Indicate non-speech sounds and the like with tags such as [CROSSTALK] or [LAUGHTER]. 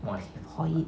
[NOISE]